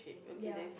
their